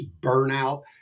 burnout